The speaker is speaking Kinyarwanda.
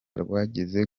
rwageze